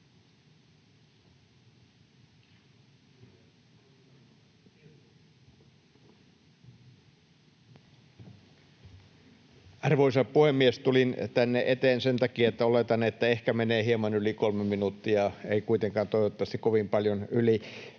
Arvoisa puhemies! Tulin tänne eteen sen takia, että oletan, että ehkä menee hieman yli kolme minuuttia, toivottavasti ei kuitenkaan kovin paljon yli.